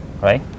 right